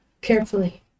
carefully